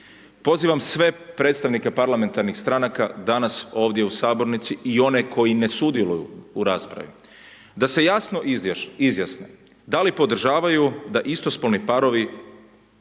Pozivam sve predstavnike parlamentarnih stranaka danas ovdje u Sabornici i one koji ne sudjeluju u raspravi da se jasno izjasne da li podržavaju da isto spolni parovi